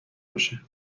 باشه